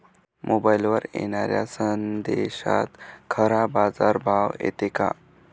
मोबाईलवर येनाऱ्या संदेशात खरा बाजारभाव येते का?